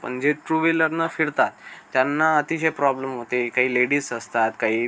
पण जे ट्रू वीलरनं फिरतात त्यांना अतिशय प्रॉब्लम होते काही लेडीस असतात काही